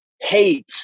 hate